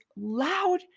loud